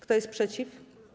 Kto jest przeciw?